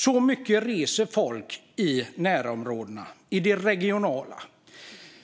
Så mycket reser folk i närområdena, i det regionala.